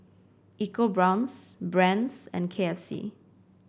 EcoBrown's Brand's and K F C